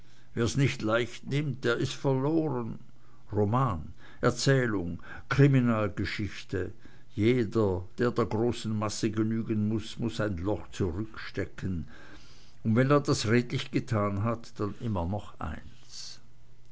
wer's nicht leicht nimmt der ist verloren roman erzählung kriminalgeschichte jeder der der großen masse genügen will muß ein loch zurückstecken und wenn er das redlich getan hat dann immer noch eins